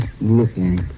looking